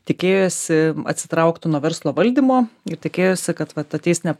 tikėjosi atsitraukt nuo verslo valdymo ir tikėjosi kad vat ateis ne